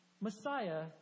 Messiah